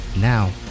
Now